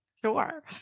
Sure